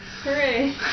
Hooray